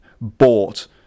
bought